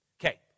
Okay